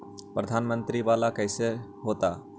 प्रधानमंत्री मंत्री वाला कैसे होता?